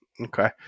Okay